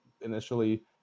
initially